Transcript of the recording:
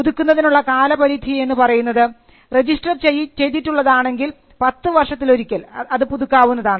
പുതുക്കുന്നതിനുള്ള കാലപരിധി എന്ന് പറയുന്നത് റെജിസ്റ്റർ ചെയ്തിട്ടുള്ളതാണെങ്കിൽ 10 വർഷത്തിലൊരിക്കൽ അത് പുതുക്കാവുന്നതാണ്